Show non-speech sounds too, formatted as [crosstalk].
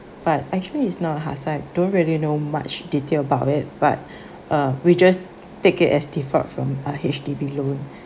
but actually is not how say I don't really know much detail about it but [breath] uh we just take it as default from uh H_D_B loan